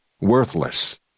worthless